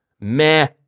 meh